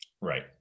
Right